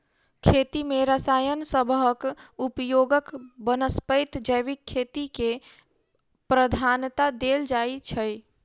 खेती मे रसायन सबहक उपयोगक बनस्पैत जैविक खेती केँ प्रधानता देल जाइ छै